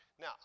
Now